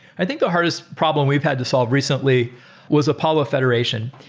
i think the hardest problem we've had to solve recently was apollo federation.